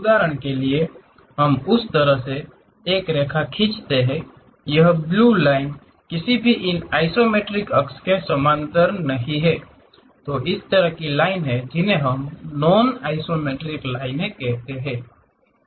उदाहरण के लिए हम उस तरह से एक रेखा खींचते हैं यह ब्लू लाइन किसी भी इन आइसोमेट्रिक अक्ष के समानांतर नहीं है इस तरह की लाइनें जिन्हें हम नॉन आइसोमेट्रिक लाइन कहते हैं